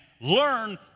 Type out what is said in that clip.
learn